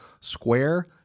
Square